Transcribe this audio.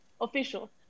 official